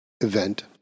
event